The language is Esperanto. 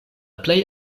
plej